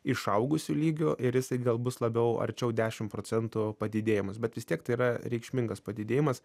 išaugusiu lygiu ir jisai gal bus labiau arčiau dešim procentų padidėjimas bet vis tiek tai yra reikšmingas padidėjimas